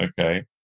Okay